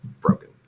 broken